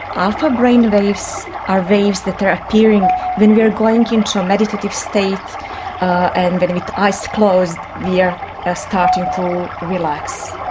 alpha brainwaves are waves that are appearing when we are going into a meditative state and when with eyes closed we yeah are starting to relax.